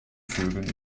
vögeln